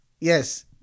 yes